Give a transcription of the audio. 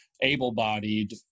able-bodied